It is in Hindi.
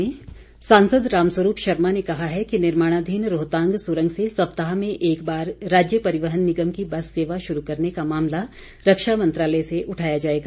रामस्वरूप सांसद रामस्वरूप शर्मा ने कहा है कि निर्माणाधीन रोहतांग सुरंग से सप्ताह में एक बार राज्य परिवहन निगम की बस सेवा शुरू करने का मामला रक्षा मंत्रालय से उठाया जाएगा